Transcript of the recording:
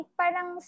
parang